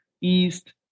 east